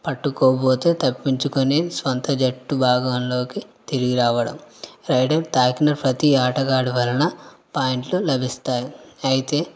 పట్టుకోబోతే తప్పించుకుని స్వంత జట్టు భాగంలోకి తిరిగి రావడం రైడర్ తాకిన ప్రతీ ఆటగాడు వలన పాయింట్లు లభిస్తాయి అయితే